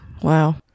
Wow